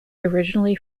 originally